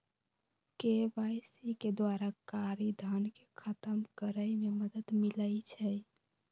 KYC के द्वारा कारी धन के खतम करए में मदद मिलइ छै